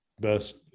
best